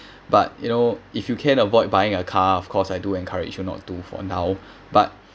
but you know if you can avoid buying a car of course I do encourage you not to for now but